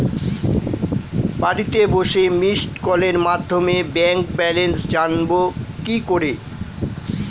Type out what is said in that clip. বাড়িতে বসে মিসড্ কলের মাধ্যমে ব্যাংক ব্যালেন্স জানবো কি করে?